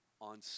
on